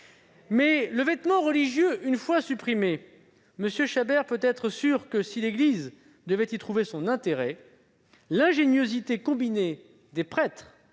Mais la soutane une fois supprimée, M. Chabert peut être sûr que, si l'église devait y trouver son intérêt, l'ingéniosité combinée des prêtres